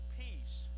peace